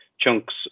chunks